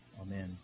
Amen